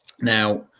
now